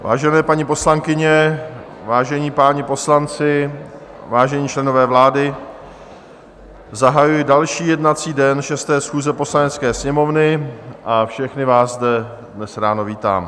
Vážené paní poslankyně, vážení páni poslanci, vážení členové vlády, zahajuji další jednací den 6. schůze Poslanecké sněmovny a všechny vás zde dnes ráno vítám.